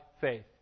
faith